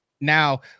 now